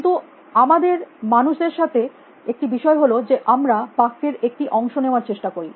কিন্তু আমাদের মানুষ দের সাথে একটি বিষয় হল যে আমরা বাক্যের একটি অংশে যাওয়ার চেষ্টা করি